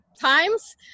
times